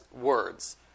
words